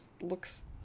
looks